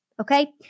Okay